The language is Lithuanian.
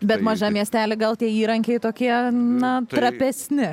bet mažam miestely gal tie įrankiai tokie na trapesni